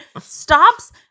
stops